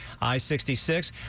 I-66